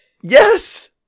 Yes